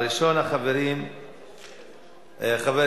אני מבין מה שאתה אומר,